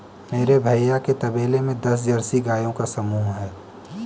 मेरे भैया के तबेले में दस जर्सी गायों का समूह हैं